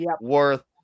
worth